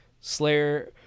Slayer